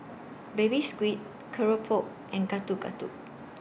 Baby Squid Keropok and Getuk Getuk